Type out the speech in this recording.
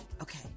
Okay